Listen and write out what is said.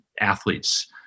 athletes